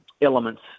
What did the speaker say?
Elements